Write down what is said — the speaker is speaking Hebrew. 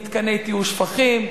מתקני טיהור שפכים,